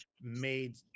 made